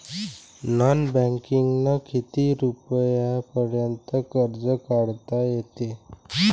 Non बँकिंगनं किती रुपयापर्यंत कर्ज काढता येते?